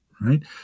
right